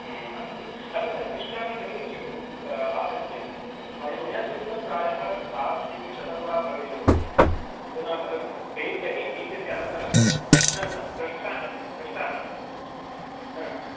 अस्तु अपि च पृष्ठानि कति स्युः आहत्य मय मया चिन्तितं प्रायः सार्धैकशतं वा भवेयुः इति अधुना कथं पेज् सेटिङ्ग् इत्यस्य अनन्तरं न न न पृष्ठानि पृष्ठानि हा